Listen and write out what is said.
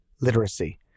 literacy